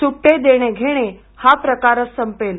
सुट्टे देणे घेणे हा प्रकारच संपेल